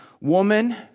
woman